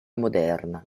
moderna